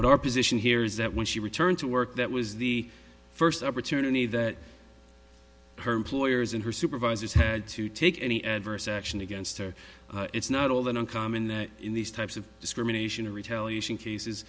what our position here is that when she returned to work that was the first opportunity that her employers and her supervisors had to take any adverse action against her it's not all that uncommon in these types of discrimination or retaliation cases